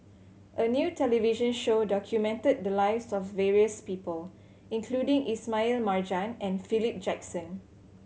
a new television show documented the lives of various people including Ismail Marjan and Philip Jackson